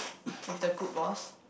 with the good boss